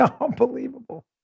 Unbelievable